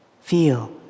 Feel